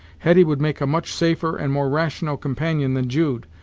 hetty would make a much safer and more rational companion than jude,